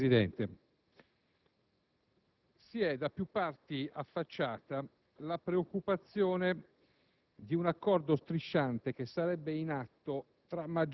Signor Presidente, si è da più parti affacciata la preoccupazione